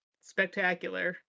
spectacular